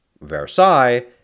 Versailles